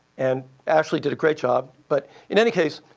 and actually did a great job. but in any case,